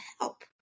help